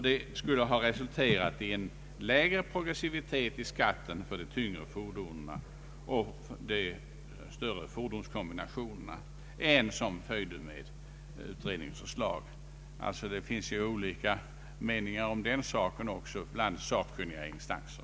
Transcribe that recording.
Detta skulle ha resulterat i en lägre progressivitet vid beskattningen av de tyngre fordonen och de större fordonskombinationerna än utredningens förslag förde med sig. Det finns alltså kritiska meningar om den saken bland sakkunniga instanser.